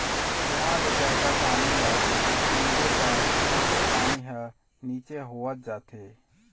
कुँआ ले जादा पानी ल तिरबे त ओखर पानी ह नीचे होवत जाथे